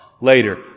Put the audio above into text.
later